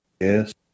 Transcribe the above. Yes